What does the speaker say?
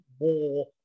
more